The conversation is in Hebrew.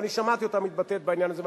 ואני שמעתי אותה מתבטאת בעניין הזה,